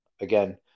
again